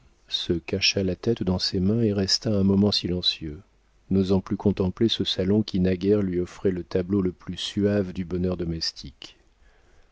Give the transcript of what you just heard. se cacha la tête dans ses mains et resta un moment silencieux n'osant plus contempler ce salon qui naguère lui offrait le tableau le plus suave du bonheur domestique